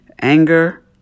Anger